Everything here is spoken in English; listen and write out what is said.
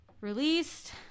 released